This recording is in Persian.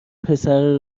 پسره